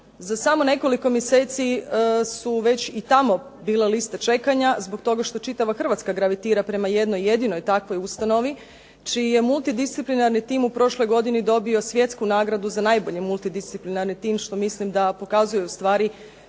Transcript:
Za samo nekoliko mjeseci su već i tamo bile liste čekanja, zbog toga što čitava Hrvatska gravitira prema jedinoj takvoj ustanovi, čiji je multidisciplinarni tim u prošloj godini dobio svjetsku nagradu za najbolji multidisciplinarni tim što mislim da pokazuje ustvari